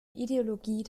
ideologie